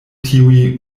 tiuj